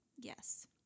Yes